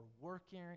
working